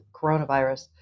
coronavirus